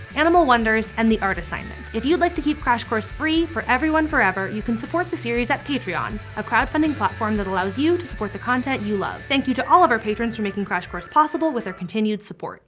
animal wonders, and the art assignment. if you'd like to keep crash course free for everyone, forever, you can support the series at patreon, a crowdfunding platform that allows you to support the content you love. thank you to all of our patrons for making crash course possible with their continued support.